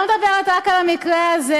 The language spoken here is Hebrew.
אני לא מדברת רק על המקרה הזה.